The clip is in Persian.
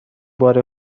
بار